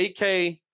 AK